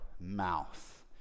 mouth